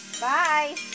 Bye